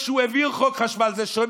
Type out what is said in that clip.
כשהוא העביר חוק חשמל,